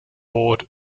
board